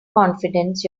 confidence